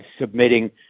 submitting